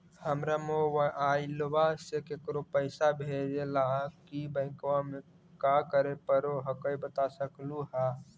हमरा मोबाइलवा से केकरो पैसा भेजे ला की बैंकवा में क्या करे परो हकाई बता सकलुहा?